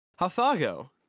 Hathago